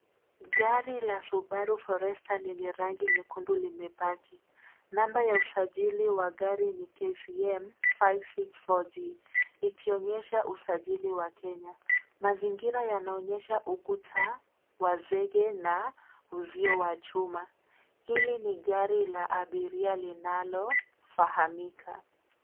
Gari la Subaru Forrester lenye rangi nyekundu limepaki namba ya usajili wa gari ni KCM 564 G likionyesha usajili wa Kenya. Mazingira yanaonyesha ukuta wa zege na uzio wa chuma. Hili ni gari la abiria linalo fahamika.